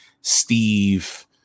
Steve